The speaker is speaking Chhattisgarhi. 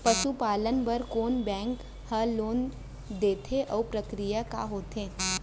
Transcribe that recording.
पसु पालन बर कोन बैंक ह लोन देथे अऊ प्रक्रिया का होथे?